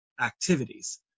activities